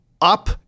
up